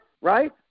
right